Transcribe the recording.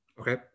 okay